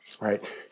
Right